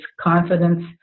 confidence